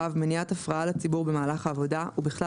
(ו)מניעת הפרעה לציבור במהלך העבודה ובכלל